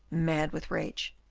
mad with rage,